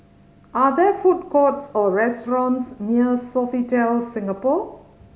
are there food courts or restaurants near Sofitel Singapore